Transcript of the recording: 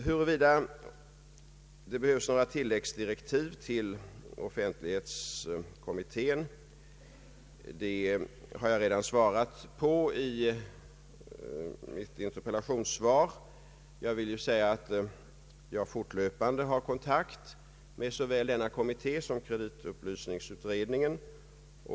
Huruvida det behövs några tilläggsdirektiv till offentlighetskommittén har jag redan svarat på i mitt interpellationssvar. Jag vill säga att jag fortlöpande har kontakt med såväl denna kommitté som kreditupplysningsutredningen.